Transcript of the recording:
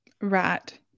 Right